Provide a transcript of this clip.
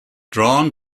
drawn